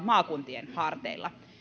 maakuntien harteilla